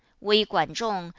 wei guan zhong,